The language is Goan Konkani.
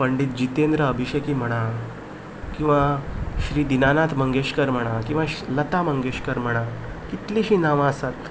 पंडीत जितेंद्र अभिषेकी म्हणा किंवां श्री दिनानाथ मंगेशकर म्हणा किंवां लता मंगेशकर म्हणा कितलिशीं नांवां आसात